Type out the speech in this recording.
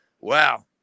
wow